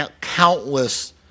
countless